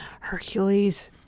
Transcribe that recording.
Hercules